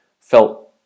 felt